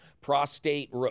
prostate